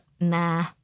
nah